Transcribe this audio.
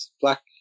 Black